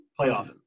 playoff